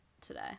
today